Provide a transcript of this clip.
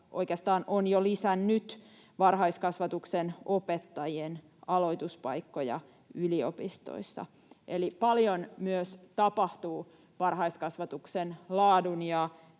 oikeastaan on jo lisännyt, varhaiskasvatuksen opettajien aloituspaikkoja yliopistoissa. Eli paljon myös tapahtuu varhaiskasvatuksen laadun